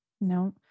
No